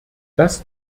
das